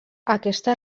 aquesta